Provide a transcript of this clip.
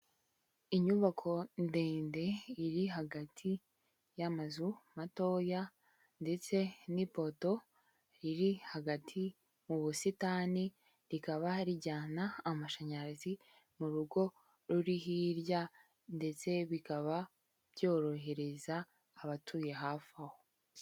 Inyubako ndende iri hagati y'amazu matoya ndetse n'ipoto riri hagati mu busitani rikaba rijyana amashanyarazi mu rugo ruri hirya ndetse bikaba byorohereza abatuye hafi aho.